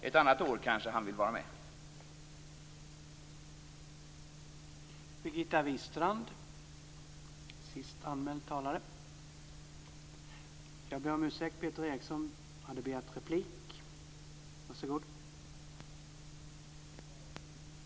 Ett annat år vill Peter Eriksson kanske vara med, som han sade.